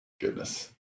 goodness